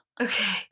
okay